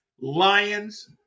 Lions